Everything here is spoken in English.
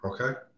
okay